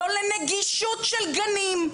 לא לנגישות של גנים.